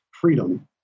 freedom